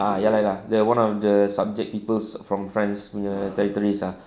ah ya lah ya lah one of the subject people from france punya territories ah